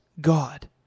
God